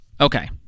Okay